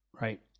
right